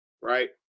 Right